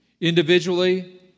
Individually